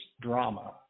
drama